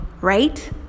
right